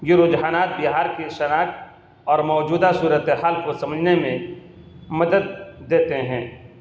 یہ رجحانات بہار کی شناخت اور موجودہ صورت حال کو سمجھنے میں مدد دیتے ہیں